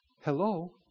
Hello